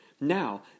Now